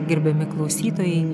gerbiami klausytojai